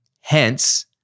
Hence